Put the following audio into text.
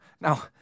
Now